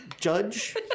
Judge